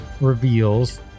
reveals